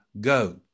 go